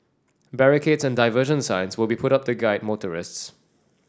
barricades and diversion signs will be put up to guide motorists